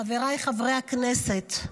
חבריי חברי הכנסת,